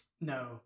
No